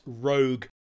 rogue